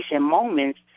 moments